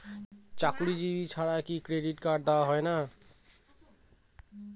চাকুরীজীবি ছাড়া কি ক্রেডিট কার্ড দেওয়া হয় না?